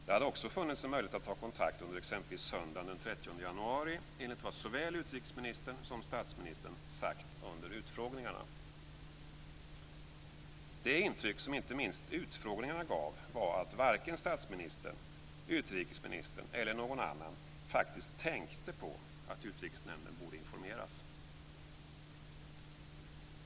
Det hade också funnits en möjlighet att ta kontakt under exempelvis söndagen den 30 januari enligt vad såväl utrikesministern som statsministern sagt under utfrågningarna. Det intryck som inte minst utfrågningarna gav var att varken statsministern, utrikesministern eller någon annan faktiskt tänkte på att Utrikesnämnden borde informeras.